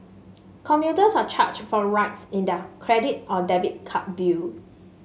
commuters are charged for rides in their credit or debit card bill